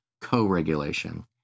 co-regulation